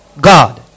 God